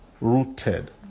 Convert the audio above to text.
rooted